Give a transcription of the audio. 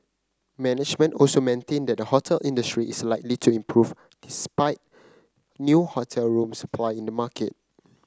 management also maintained that the hotel industry is likely to improve despite new hotel room supply in the market